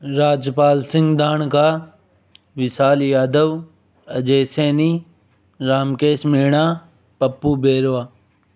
Rajpal Singh Danka Vishal Yadav Ajay Saini Ramkesh Meena Pappu Berwa